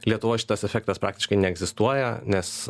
lietuvoj šitas efektas praktiškai neegzistuoja nes